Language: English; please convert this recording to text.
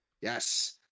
Yes